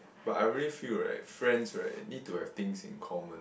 but I really feel right friends right need to have things in common